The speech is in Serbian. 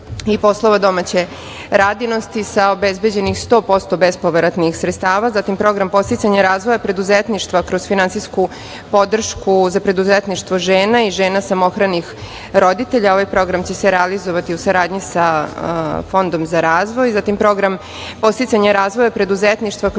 i poslova domaće radinosti sa obezbeđenih 100% bespovratnih sredstava. Zatim, program podsticanja razvoja preduzetništva kroz finansijsku podršku za preduzetništvo žena i žena samohranih roditelja. Ovaj program će se realizovati u saradnji sa Fondom za razvoj. Zatim, program podsticanja razvoja preduzetništva kroz